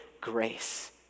grace